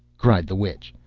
cried the witch,